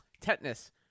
tetanus